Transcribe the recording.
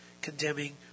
condemning